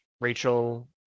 rachel